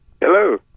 Hello